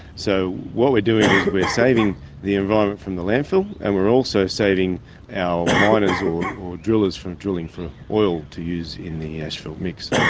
so what we are doing is we are saving the environment from the landfill and we are also saving our miners or drillers from drilling for oil to use in the asphalt mix.